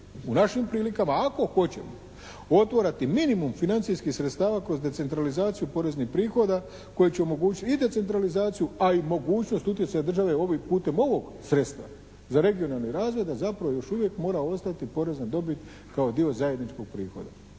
u našim prilikama ako hoćemo otvarati minimum financijskih sredstava kroz decentralizaciju poreznih prihoda koje će omogućiti i decentralizaciju, a i mogućnost utjecaja države ovih, putem ovog sredstva za regionalni razvoj, da zapravo još uvijek mora ostati porez na dobit kao dio zajedničkog prihoda.